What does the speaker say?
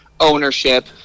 ownership